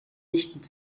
nicht